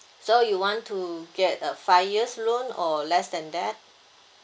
so you want to get a five years loan or less than that